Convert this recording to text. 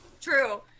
true